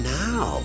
now